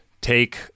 take